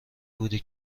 بودی